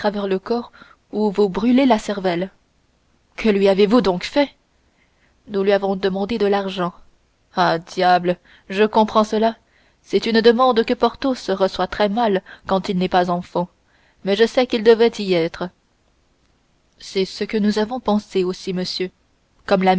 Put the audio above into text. le corps ou vous brûler la cervelle que lui avez-vous donc fait nous lui avons demandé de l'argent ah diable je comprends cela c'est une demande que porthos reçoit très mal quand il n'est pas en fonds mais je sais qu'il devait y être c'est ce que nous avions pensé aussi monsieur